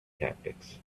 tactics